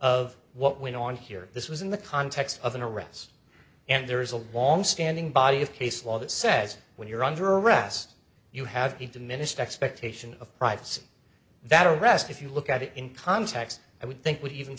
of what went on here this was in the context of an arrest and there is a long standing body of case law that says when you're under arrest you have a diminished expectation of privacy that arrest if you look at it in context i would think would even